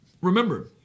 remember